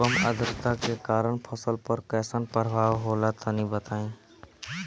कम आद्रता के कारण फसल पर कैसन प्रभाव होला तनी बताई?